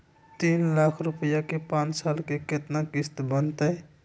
तीन लाख रुपया के पाँच साल के केतना किस्त बनतै?